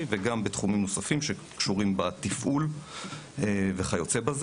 וגם בתחומים נוספים שקשורים בתפעול וכיו"ב.